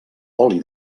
oli